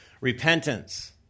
repentance